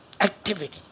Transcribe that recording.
activity